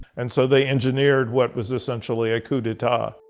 and so they engineered what was essentially a coup d'etat.